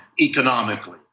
economically